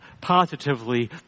positively